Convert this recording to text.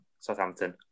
Southampton